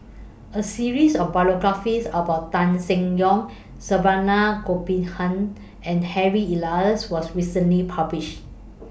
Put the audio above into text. A series of biographies about Tan Seng Yong Saravanan Gopinathan and Harry Elias was recently published